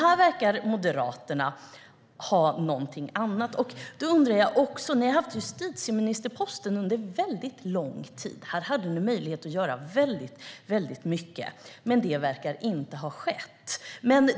Här verkar Moderaterna tycka något annat. Ni har haft justitieministerposten under väldigt lång tid. Då hade ni möjlighet att göra väldigt mycket, men så verkar inte ha skett.